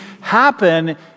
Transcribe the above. happen